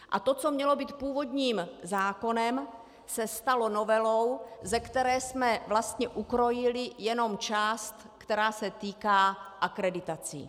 A to, co mělo být původním zákonem, se stalo novelou, ze které jsme vlastně ukrojili jenom část, která se týká akreditací.